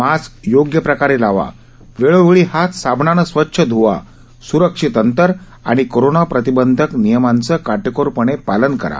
mask योग्य प्रकारे लावा वेळोवेळी हात साबणाने स्वच्छ धुवा सुरक्षित अंतर आणि कोरोना प्रतिबंधक नियम काटेकोरपणे पाळा